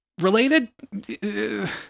Related